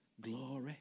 glory